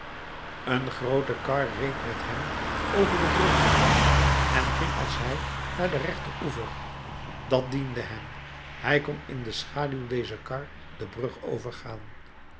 een groote kar reed met hem over de brug en ging als hij naar den rechteroever dat diende hem hij kon in de schaduw dezer kar de brug overgaan